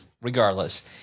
Regardless